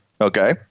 Okay